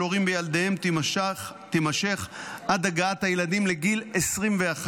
הורים בילדיהם תימשך עד הגעת הילדים לגיל 21,